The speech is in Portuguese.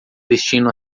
destino